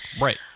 Right